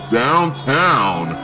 downtown